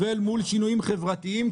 למליאה.